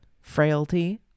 frailty